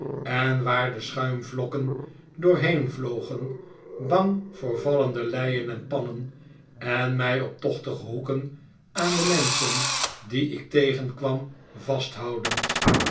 en waar de schuimvlokken doorheen vlogen bang voor vallende leien en pannen en mij op tochtige hoeken aan de menschen die ik tegenkwam vasthoudend